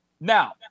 now